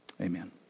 Amen